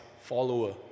follower